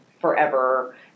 forever